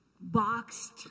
boxed